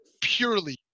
purely